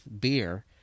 beer